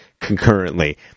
concurrently